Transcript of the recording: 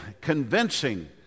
convincing